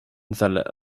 their